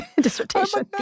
dissertation